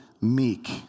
meek